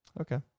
Okay